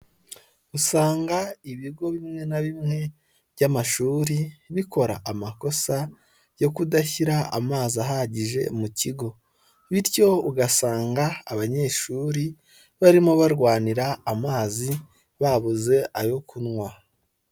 Usanga ibigo bimwe na bimwe by'amashuri bikora amakosa yo kudashyira amazi ahagije mu kigo bityo ugasanga abanyeshuri barimo barwanira amazi babuze ayo kunywa.